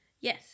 Yes